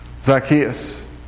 Zacchaeus